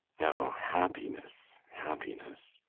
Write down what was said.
oh, happiness happiness